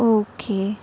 okay